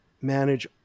manage